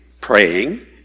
praying